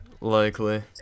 Likely